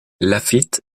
laffitte